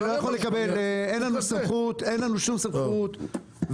אין לנו שום סמכות,